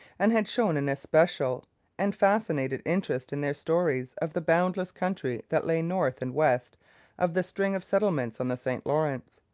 and had shown an especial and fascinated interest in their stories of the boundless country that lay north and west of the string of settlements on the st lawrence.